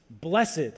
blessed